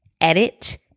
edit